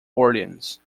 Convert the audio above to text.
orleans